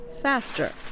faster